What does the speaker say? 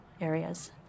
areas